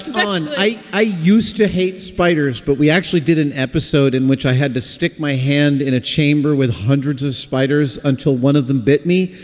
on. like i used to hate spiders, but we actually did an episode in which i had to stick my hand in a chamber with hundreds of spiders until one of them bit me.